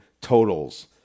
totals